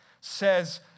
says